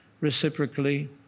reciprocally